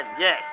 yes